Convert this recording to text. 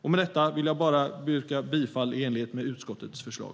Med detta vill jag yrka bifall till utskottets förslag.